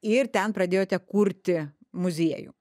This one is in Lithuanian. ir ten pradėjote kurti muziejų